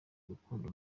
gukunda